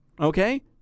okay